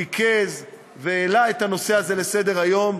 ריכז והעלה את הנושא הזה לסדר-היום,